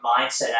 mindset